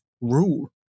rule